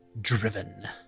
driven